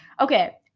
okay